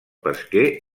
pesquer